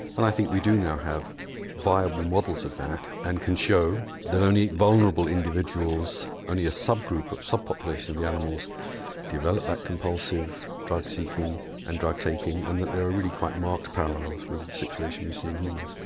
and i think we do now have viable models of that and can show that only vulnerable individuals, only a sub-group, a sub-population in the animals develop that compulsive drug seeking and drug taking and that there are really quite marked parallels with the situation we see in humans.